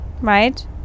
right